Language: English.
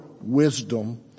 wisdom